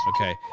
Okay